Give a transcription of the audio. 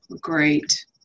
Great